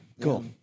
Cool